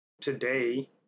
today